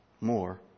more